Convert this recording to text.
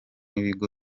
ibigo